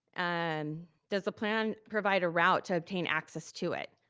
and does the plan provide a route to obtain access to it?